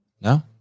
no